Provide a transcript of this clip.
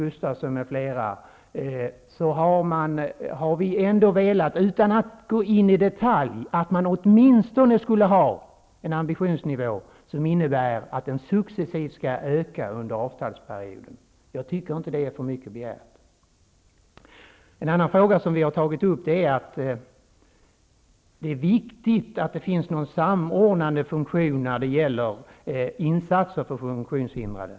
Gustavsson m.fl. har vi velat att man, utan att gå in i detalj, åtminstone skulle ha en ambitionsnivå som innebär att tillgängligheten successivt skall öka under avtalsperioden. Jag tycker inte att det är för mycket begärt. En annan fråga vi har tagit upp är att det är viktigt med en samordningsfunktion när det gäller insatser för funktionshindrade.